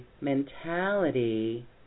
mentality